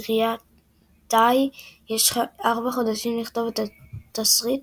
לתסריטאי יש 4 חודשים לכתוב את התסריט,